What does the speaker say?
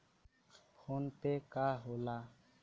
PhonePe का होला?